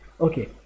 Okay